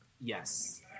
yes